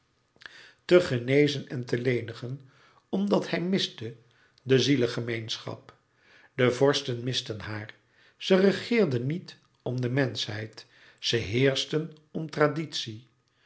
te genezen en te lenigen omdat hij miste de zielegemeenschap de vorsten misten haar ze regeerden niet om de menschheid ze heerschten om traditie